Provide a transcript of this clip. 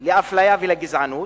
של אפליה וגזענות,